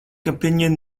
opinion